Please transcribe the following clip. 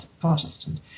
Protestant